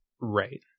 Right